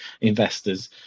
investors